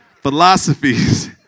philosophies